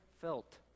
felt